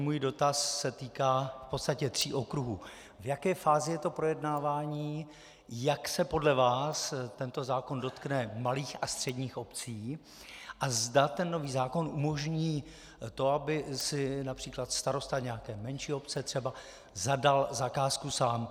Můj dotaz se týká v podstatě tří okruhů: v jaké fázi je to projednávání, jak se podle vás tento zákon dotkne malých a středních obcí a zda nový zákon umožní to, aby si například starosta nějaké menší obce třeba zadal zakázku sám.